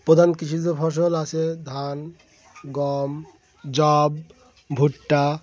প্রধান কৃষিজ ফসল আছে ধান গম জব ভুট্টা